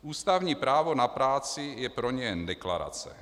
Ústavní právo na práci je pro ně jen deklarace.